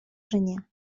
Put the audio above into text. жене